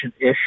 ish